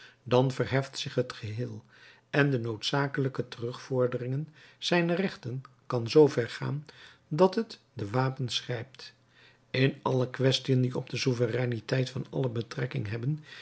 dan verheft zich het geheel en de noodzakelijke terugvorderingen zijner rechten kan zoover gaan dat het de wapens grijpt in alle quaestiën die op de souvereiniteit van allen betrekking hebben